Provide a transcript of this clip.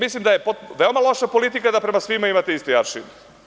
Mislim da je veoma loša politika da prema svima imate isti aršin.